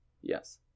Yes